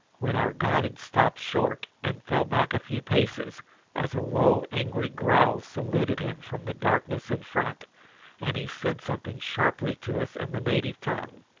when our guide stopped short and fell back a few paces as a low angry growl saluted him from the darkness in front and he said something sharply to us in the native tongue.